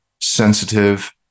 sensitive